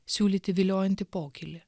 siūlyti viliojantį pokylį